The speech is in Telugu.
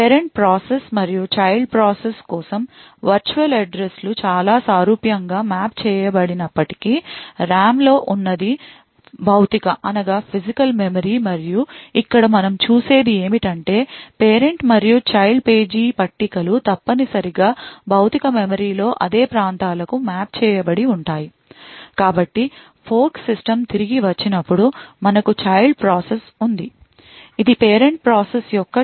పేరెంట్ ప్రాసెస్ మరియు చైల్డ్ ప్రాసెస్ కోసం వర్చువల్ అడ్రస్ లు చాలా సారూప్యంగా మ్యాప్ చేయబడినప్పటికీ RAM లో ఉన్నది భౌతిక మెమరీ మరియు ఇక్కడ మనం చూసేది ఏమిటంటే పేరెంట్ మరియు చైల్డ్ పేజీ పట్టికలు తప్పనిసరిగా భౌతిక మెమరీ లో అదే ప్రాంతాలకు మ్యాప్ చేయబడి ఉంటాయి కాబట్టి ఫోర్క్ సిస్టమ్ తిరిగి వచ్చినప్పుడు మనకు చైల్డ్ ప్రాసెస్ ఉంది ఇది పేరెంట్ ప్రాసెస్ యొక్క duplicate